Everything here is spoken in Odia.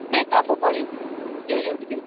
ନାଇଁ ସବୁ ପଳେଇଛି ଫିଉଜ ଉଡ଼ିଯାଇଛି